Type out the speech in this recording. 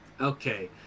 Okay